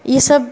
ई सभु